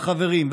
לחברים,